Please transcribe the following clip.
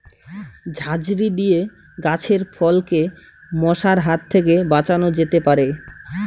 ঝাঁঝরি দিয়ে গাছের ফলকে মশার হাত থেকে বাঁচানো যেতে পারে?